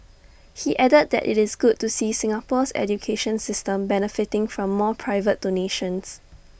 he added that IT is good to see Singapore's education system benefiting from more private donations